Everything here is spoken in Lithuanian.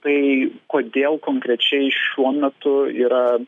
tai kodėl konkrečiai šiuo metu yra